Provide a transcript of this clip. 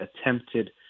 attempted